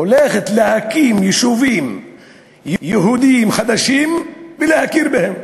והולכת להקים יישובים יהודיים בלי להכיר בהם.